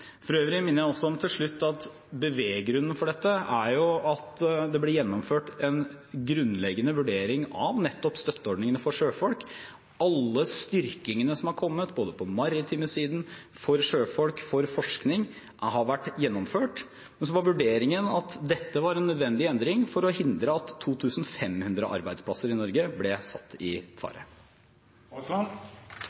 jeg for øvrig også minne om at beveggrunnen for dette er at det ble gjennomført en grunnleggende vurdering av nettopp støtteordningene for sjøfolk. Alle styrkingene som har kommet – på den maritime siden, for sjøfolk og for forskning – har vært gjennomført. Men så var vurderingen at dette var en nødvendig endring for å hindre at 2 500 arbeidsplasser i Norge ble satt i